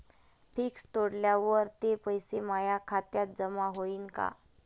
Fix तोडल्यावर ते पैसे माया खात्यात जमा होईनं का?